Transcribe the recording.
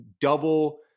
double